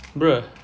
bro